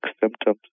symptoms